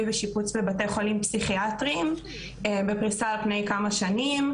ושיפוץ בבתי חולים פסיכיאטריים בפריסה על פני כמה שנים.